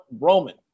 Roman